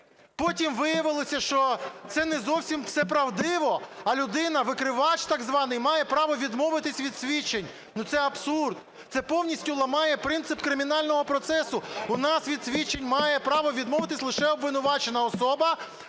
потім виявилося, що це не зовсім все правдиво, а людина, викривач так званий, має право відмовитись від свідчень. Це абсурд. Це повністю ламає принцип кримінального процесу, у нас від свідчень має право відмовитись лише обвинувачена особа